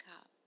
up